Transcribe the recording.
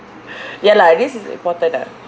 ya lah this is important ah